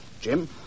Jim